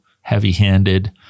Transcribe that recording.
heavy-handed